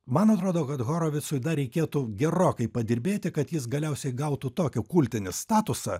man atrodo kad horovicui dar reikėtų gerokai padirbėti kad jis galiausiai gautų tokį kultinį statusą